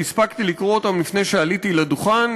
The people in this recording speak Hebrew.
שהספקתי לקרוא אותן לפני שעליתי לדוכן,